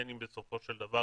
בין אם בסופו של דבר